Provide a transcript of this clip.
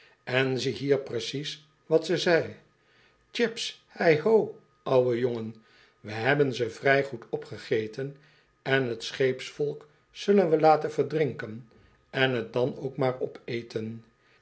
en ziehier precies wat ze zei chips heiho ouwe jongen we hebben ze vrh goed opgegeten en t scheepsvolk zullen we laten verdrinken en t dan ook maar opeten